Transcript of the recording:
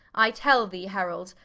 i tell thee herald,